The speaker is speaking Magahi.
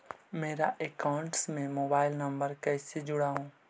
मेरा अकाउंटस में मोबाईल नम्बर कैसे जुड़उ?